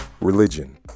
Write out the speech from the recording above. religion